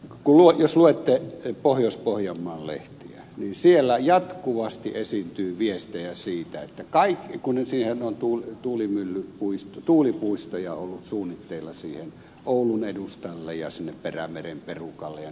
elikkä jos luette pohjois pohjanmaan lehtiä niin siellä jatkuvasti esiintyy viestejä siitä kun siihen on tuulipuistoja ollut suunnitteilla siihen oulun edustalle ja sinne perämeren perukalle jnp